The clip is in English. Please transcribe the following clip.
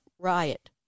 riot